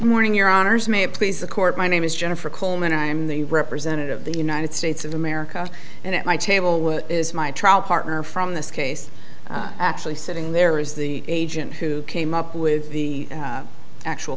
morning your honour's may it please the court my name is jennifer coleman i am the representative of the united states of america and at my table is my trial partner from this case actually sitting there is the agent who came up with the actual